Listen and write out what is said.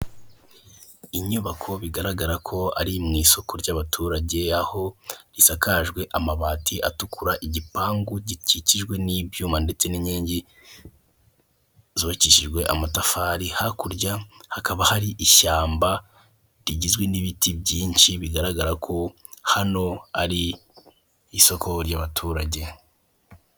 Inyubako bigaragara ko ari mw'isoko ry'abaturage aho risakajwe amabati atukura, igipangu gikikijwe n'ibyuma ndetse n'inkingi zubakishijwe amatafari, hakurya hakaba hari ishyamba rigizwe n'ibiti byinshi bigaragara ko hano ari isoko ry'abaturage.